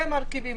אלה המרכיבים.